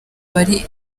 bari